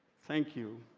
thank you,